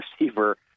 receiver